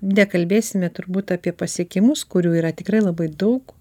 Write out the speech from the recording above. nekalbėsime turbūt apie pasiekimus kurių yra tikrai labai daug